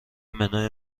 منو